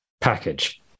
package